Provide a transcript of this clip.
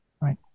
Right